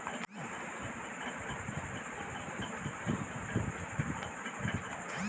ई commerce का सही अर्थ क्या है?